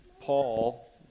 Paul